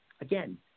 again